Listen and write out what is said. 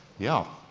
yeah,